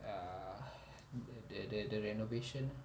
uh the the the the renovation ah